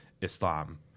Islam